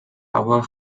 blauer